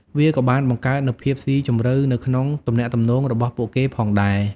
វាក៏បានបង្កើតនូវភាពស៊ីជម្រៅនៅក្នុងទំនាក់ទំនងរបស់ពួកគេផងដែរ។